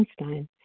Einstein